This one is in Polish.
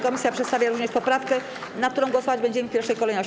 Komisja przedstawia również poprawkę, nad którą głosować będziemy w pierwszej kolejności.